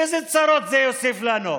איזה צרות זה יוסיף לנו?